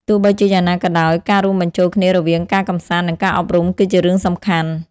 ទោះបីជាយ៉ាងណាក៏ដោយ ការរួមបញ្ចូលគ្នារវាងការកម្សាន្តនិងការអប់រំគឺជារឿងសំខាន់។